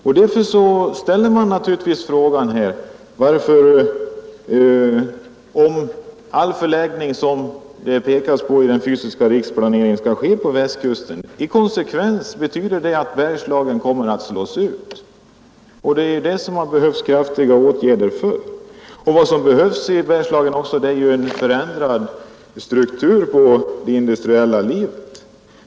Om all industrilokalisering som nämns i den fysiska riksplaneringen skall ske på Västkusten, så betyder det väl att Bergslagen kommer att slås ut. Det behövs kraftiga åtgärder för att motverka detta. Vad som också behövs i Bergslagen är en förändrad struktur på det industriella livet.